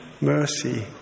mercy